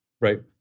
Right